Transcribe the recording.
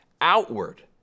outward